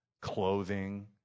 clothing